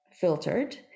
filtered